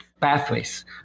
pathways